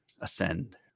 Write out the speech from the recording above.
ascend